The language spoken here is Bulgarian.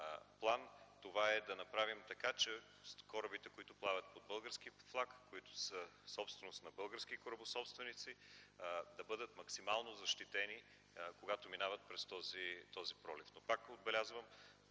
план е да направим така, че корабите, които плават под български флаг, които са с български корабособственици да бъдат максимално защитени, когато минават през този пролив. Пак отбелязвам